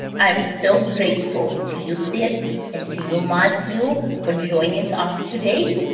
i am so grateful to you, sid and to you matthew for joining us us today.